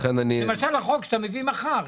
לכן אני --- למשל החוק שאתה מביא מחר,